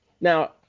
Now